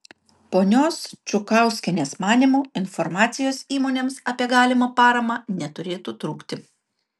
ponios čukauskienės manymu informacijos įmonėms apie galimą paramą neturėtų trūkti